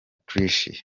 tricia